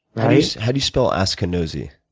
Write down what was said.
how do you spell askinosie?